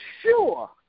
sure